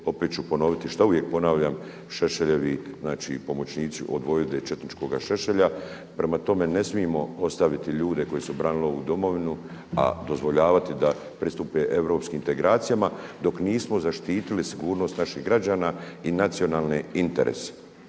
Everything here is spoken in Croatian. opet ću ponoviti što uvijek ponavljam Šešeljevi pomoćnici od vojvode četničkoga Šešelja. Prema tome, ne smijemo ostaviti ljude koji su branili ovu domovinu, a dozvoljavati da pristupe europskim integracijama dok nismo zaštitili sigurnost naših građana i nacionalne interese.